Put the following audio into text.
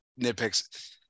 nitpicks